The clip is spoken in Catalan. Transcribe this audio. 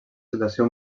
situació